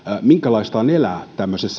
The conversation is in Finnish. minkälaista on elää